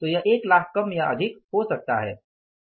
तो यह एक लाख कम अधिक हो सकता है